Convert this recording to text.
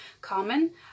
common